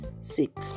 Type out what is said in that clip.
sick